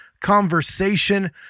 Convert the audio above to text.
conversation